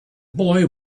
boy